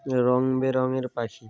রঙ বেরঙের পাখি